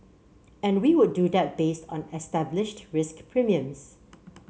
and we would do that based on established risk premiums